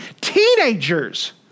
teenagers